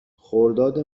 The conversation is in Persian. خرداد